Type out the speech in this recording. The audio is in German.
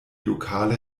lokale